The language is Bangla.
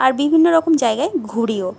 আর বিভিন্ন রকম জায়গায় ঘুরিও